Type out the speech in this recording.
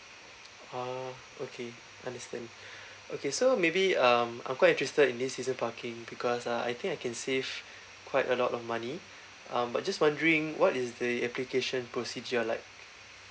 ah okay understand okay so maybe um I'm quite interested in this season parking because uh I think I can save quite a lot of money um but just wondering what is the application procedure like